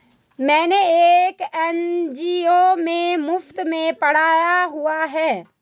मैंने एक एन.जी.ओ में मुफ़्त में पढ़ाया हुआ है